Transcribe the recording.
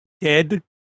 dead